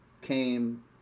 came